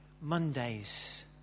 Mondays